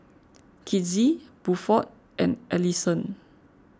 Kizzie Buford and Allyson